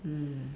mm